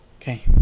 Okay